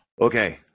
Okay